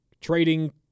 trading